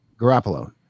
garoppolo